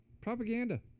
Propaganda